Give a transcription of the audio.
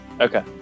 Okay